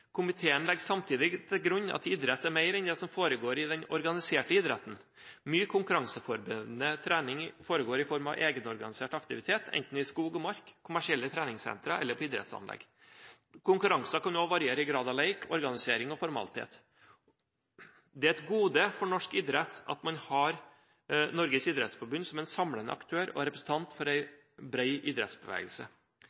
Komiteen legger samtidig til grunn at idrett er mer enn det som foregår i den organiserte idretten. Mye konkurranseforberedende trening foregår i form av egenorganisert aktivitet, enten i skog og mark, på kommersielle treningssentre eller på idrettsanlegg. Konkurranser kan også variere i grad av lek, organisering og formalitet. Det er et gode for norsk idrett at man har Norges idrettsforbund som en samlende aktør og representant for